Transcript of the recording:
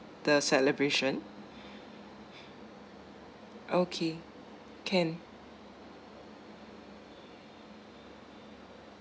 the celebration okay can